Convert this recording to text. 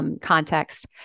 Context